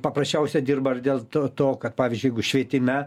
paprasčiausia dirba ir dėl to to kad pavyzdžiui jeigu švietime